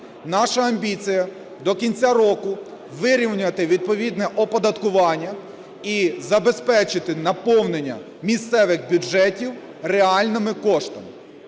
Наша амбіція – до кінця року вирівняти відповідне оподаткування і забезпечити наповнення місцевих бюджетів реальними коштами.